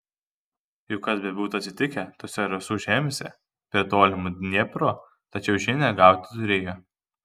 juk kas bebūtų atsitikę tose rasų žemėse prie tolimojo dniepro tačiau žinią gauti turėjo